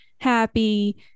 happy